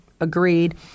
agreed